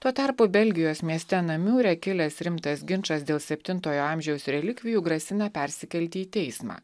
tuo tarpu belgijos mieste namiure kilęs rimtas ginčas dėl septintojo amžiaus relikvijų grasina persikelti į teismą